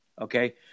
Okay